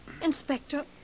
Inspector